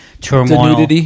turmoil